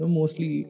mostly